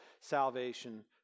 salvation